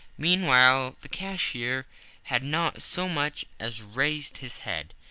meanwhile, the cashier had not so much as raised his head.